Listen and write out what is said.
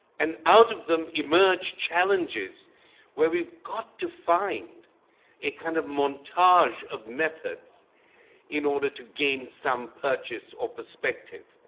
and out of them emerge challenges where we've got to find a kind of montage of methods in order to gain some purchase or perspective.